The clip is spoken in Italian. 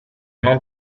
non